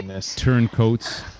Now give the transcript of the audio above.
turncoats